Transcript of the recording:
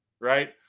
right